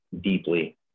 deeply